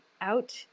out